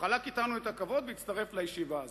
חלק לנו את הכבוד והצטרף לישיבה הזאת.